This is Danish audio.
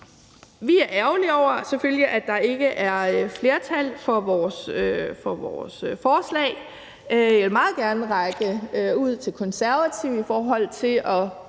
ærgerlige over, at der ikke er flertal for vores forslag. Jeg vil meget gerne række ud til Konservative i forhold til